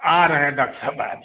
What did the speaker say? आ रहे हैं डाक साहब आज